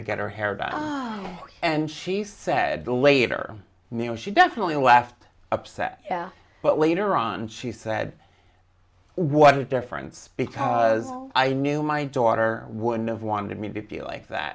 to get her hair done and she said later neal she definitely left upset but later on she said what difference because i knew my daughter wouldn't have wanted me to feel like that